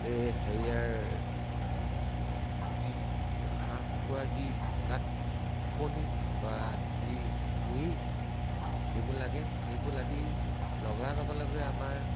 এই হেৰিয়াৰ যি হাঁহ কুকুৰা যি গাত ওকণি বা যি উহি সেইবোৰ লাগে সেইবোৰ লাগি লগাৰ লগে লগে আমাৰ